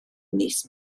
mis